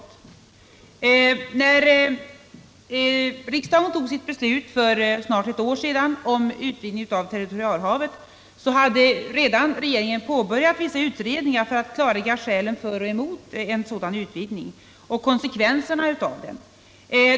Om utvidgning av När riksdagen för snart ett år sedan fattade beslutet om utvidgning det svenska av det svenska territorialhavet hade regeringen redan påbörjat vissa ut = territorialhavet redningar för att klarlägga skälen för och emot en sådan utvidgning och konsekvenserna av den.